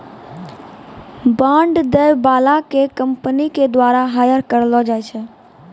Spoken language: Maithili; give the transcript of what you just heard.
बांड दै बाला के कंपनी के द्वारा हायर करलो जाय छै